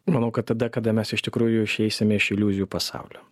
manau kad tada kada mes iš tikrųjų išeisime iš iliuzijų pasaulio